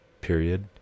period